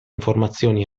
informazioni